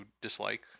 dislike